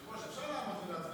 להעביר את הצעת חוק הגנת הצרכן